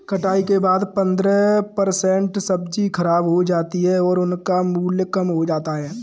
कटाई के बाद पंद्रह परसेंट सब्जी खराब हो जाती है और उनका मूल्य कम हो जाता है